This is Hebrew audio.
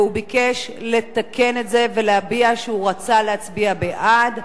והוא ביקש לתקן את זה ולהביע שהוא רצה להצביע בעד.